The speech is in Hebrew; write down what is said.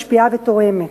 משפיעה ותורמת.